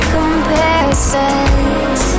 Comparisons